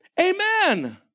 Amen